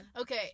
Okay